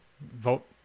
Vote